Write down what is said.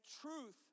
truth